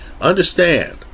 Understand